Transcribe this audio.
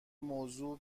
موضوع